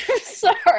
sorry